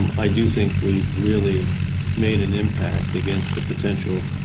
um i do think we've really made an impact against the potential